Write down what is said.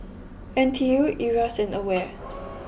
N T U Iras and Aware